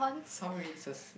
sorry is a